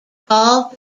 paul